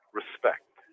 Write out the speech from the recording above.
Respect